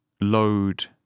load